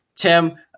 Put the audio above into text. Tim